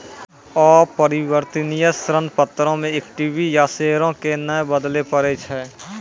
अपरिवर्तनीय ऋण पत्रो मे इक्विटी या शेयरो के नै बदलै पड़ै छै